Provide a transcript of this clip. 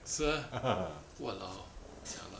是 meh !walao! jialat